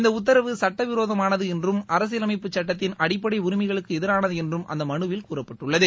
இந்த உத்தரவு சட்டவிரோதமானது என்றும் அரசியல் அமைப்புச் சட்டத்தின் அடிப்படை உரிமைகளுக்கு எதிரானது என்றும் அந்த மனுவில் கூறப்பட்டுள்ளது